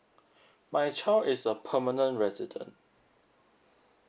my child is a permanent resident